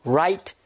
right